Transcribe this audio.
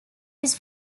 his